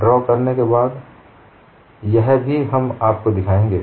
draw करने के बाद यह भी हम आपको दिखाएंगे